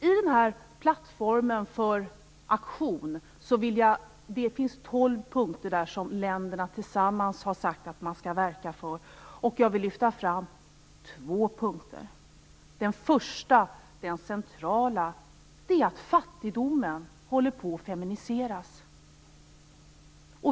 I den plattform för aktion som jag nämnde finns det tolv punkter som länderna tillsammans sagt att man skall verka för. Jag skall lyfta fram två punkter. Den första, och den centrala, är att fattigdomen håller på att feminiseras.